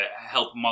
help